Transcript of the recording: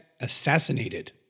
assassinated